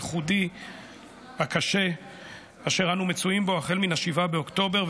הייחודי והקשה אשר אנו מצויים בו מאז 7 באוקטובר,